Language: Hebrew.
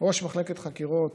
ראש מחלקת חקירות